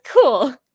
cool